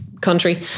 country